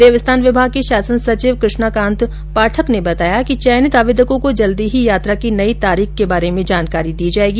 देवस्थान विभाग के शासन सचिव कृष्णा कान्त पाठक ने बताया कि चयनित आवेदकों को जल्दी ही यात्रा की नई तारीख के बारे में जानकारी दी जाएगी